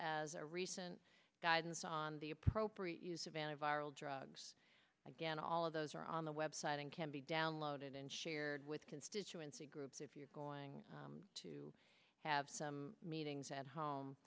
as a recent guidance on the appropriate use of an a viral drugs again all of those are on the web site and can be downloaded and shared with constituency groups if you're going to have some meetings at home